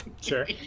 sure